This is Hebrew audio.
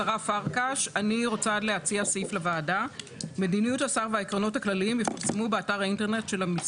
תסכים איתי על זה